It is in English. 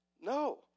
No